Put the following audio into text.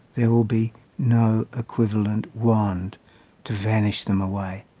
there will be no equivalent wand to vanish them away.